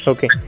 Okay